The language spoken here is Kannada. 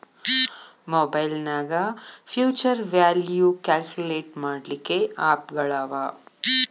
ಮಒಬೈಲ್ನ್ಯಾಗ್ ಫ್ಯುಛರ್ ವ್ಯಾಲ್ಯು ಕ್ಯಾಲ್ಕುಲೇಟ್ ಮಾಡ್ಲಿಕ್ಕೆ ಆಪ್ ಗಳವ